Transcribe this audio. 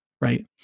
Right